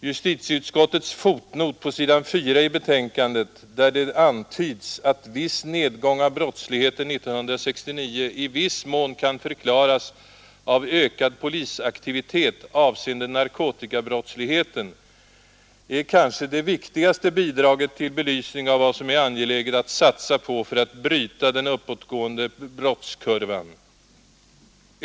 Justitieutskottets fotnot på s. 4 i betänkandet där det antyds att viss nedgång av brottsligheten 1969 i viss mån kan förklaras av ökad polisaktivitet avseende narkotikabrottsligheten är kanske det viktigaste bidraget till belysning av vad som är angeläget att satsa på för att bryta den uppåtgående brottskurvan.